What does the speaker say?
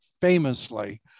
famously